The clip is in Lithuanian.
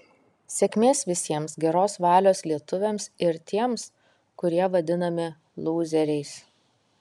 sėkmės visiems geros valios lietuviams ir tiems kurie vadinami lūzeriais